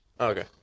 Okay